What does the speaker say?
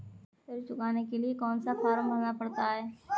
ऋण चुकाने के लिए कौन सा फॉर्म भरना पड़ता है?